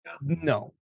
no